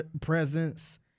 presence